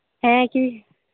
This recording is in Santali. ᱦᱮᱸ ᱠᱤ